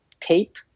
tape